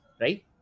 right